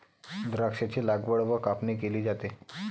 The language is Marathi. द्राक्षांची लागवड व कापणी केली जाते